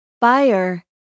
buyer